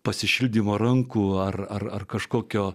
pasišildymo rankų ar ar kažkokio